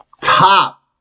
top